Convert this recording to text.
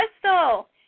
Crystal